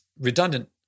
redundant